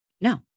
No